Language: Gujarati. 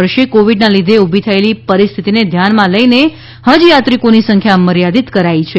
આ વર્ષે કોવિડના લીધે ઊભી થયેલી પરિસ્થિતિને ધ્યાનમાં લઈને હજયાત્રિકોની સંખ્યા મર્યાદિત કરાઈ છે